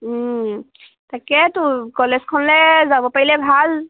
তাকে তো কলেজখনলৈ যাব পাৰিলে ভাল